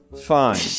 fine